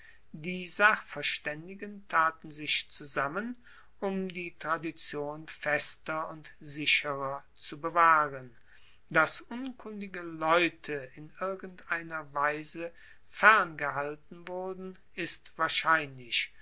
die sachverstaendigen taten sich zusammen um die tradition fester und sicherer zu bewahren dass unkundige leute in irgendeiner weise ferngehalten wurden ist wahrscheinlich